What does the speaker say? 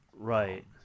Right